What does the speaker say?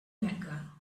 mecca